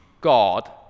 God